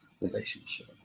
relationship